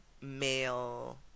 male